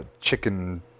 chicken